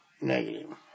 negative